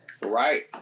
Right